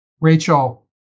Rachel